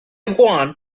want